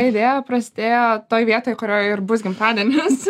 idėja prasidėjo toj vietoj kurioj ir bus gimtadienis